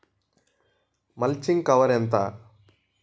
Mulching cover ఎంత?